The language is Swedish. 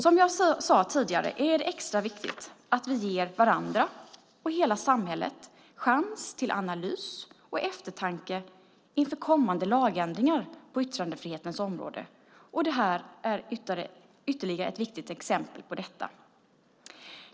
Som jag sade tidigare är det extra viktigt att vi ger varandra och hela samhället en chans till analys och eftertanke inför kommande lagändringar på yttrandefrihetens område, och det här är ytterligare ett viktigt exempel på detta.